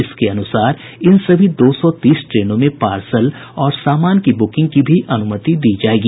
इसके अनुसार इन सभी दो सौ तीस ट्रेनों में पार्सल और सामान की बुकिंग की भी अनुमति दी जाएगी